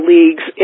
Leagues